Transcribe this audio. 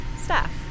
staff